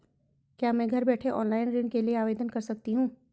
क्या मैं घर बैठे ऑनलाइन ऋण के लिए आवेदन कर सकती हूँ?